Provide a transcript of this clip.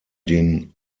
den